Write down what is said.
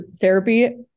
therapy